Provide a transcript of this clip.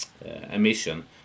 emission